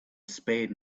spade